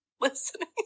listening